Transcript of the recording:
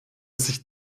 sich